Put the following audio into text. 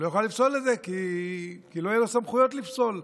כי לא יהיו לו סמכויות לפסול.